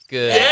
Good